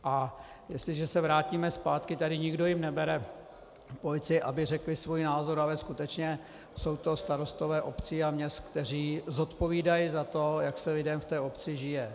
A jestliže se vrátíme zpátky, tady jim nikdo nebere, policii, aby řekli svůj názor, ale skutečně jsou to starostové obcí a měst, kteří zodpovídají za to, jak se lidem v obci žije.